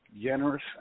generous